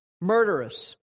murderous